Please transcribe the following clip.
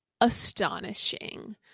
astonishing